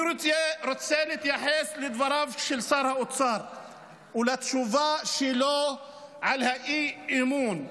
אני רוצה להתייחס לדבריו של שר האוצר ולתשובה שלו על האי-אמון.